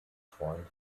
freund